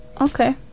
Okay